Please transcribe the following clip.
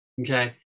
okay